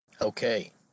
Okay